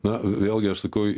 na vėlgi aš sakau